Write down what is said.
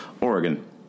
Oregon